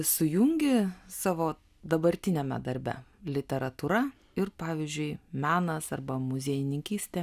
sujungi savo dabartiniame darbe literatūra ir pavyzdžiui menas arba muziejininkystė